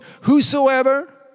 whosoever